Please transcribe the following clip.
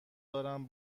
دارم